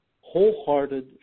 wholehearted